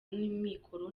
n’amikoro